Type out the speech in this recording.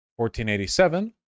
1487